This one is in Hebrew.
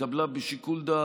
התקבלה בשיקול דעת,